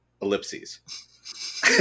Ellipses